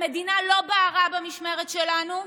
המדינה לא בערה במשמרת שלנו.